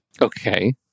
Okay